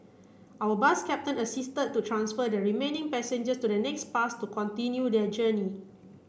our bus captain assisted to transfer the remaining passengers to the next bus to continue their journey